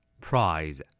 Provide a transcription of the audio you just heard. Prize